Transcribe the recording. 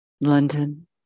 London